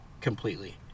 completely